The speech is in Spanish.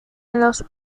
los